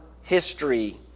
history